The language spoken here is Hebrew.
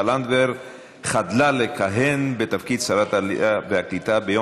לנדבר חדלה לכהן בתפקיד שרת העלייה והקליטה ביום